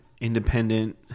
independent